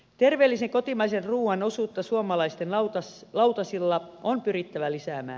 terveellisen kotimaisen ruuan osuutta suomalaisten lautasilla on pyrittävä lisäämään